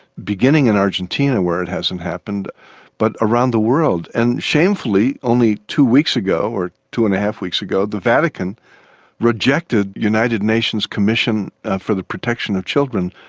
beginning in argentina where it hasn't happened but around the world. and shamefully only two weeks ago or two and a half weeks ago the vatican rejected, the united nations commission for the protection of children,